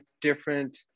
different